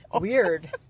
Weird